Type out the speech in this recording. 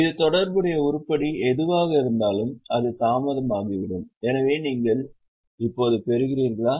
இது தொடர்புடைய உருப்படி எதுவாக இருந்தாலும் அது தாமதமாகிவிடும் எனவே நீங்கள் இப்போது பெறுகிறீர்களா